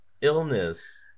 illness